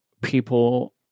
people